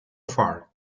far